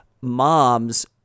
mom's